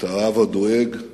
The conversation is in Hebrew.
את האב הדואג,